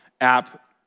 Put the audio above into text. app